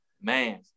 man